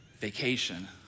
vacation